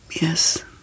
Yes